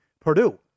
Purdue